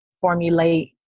formulate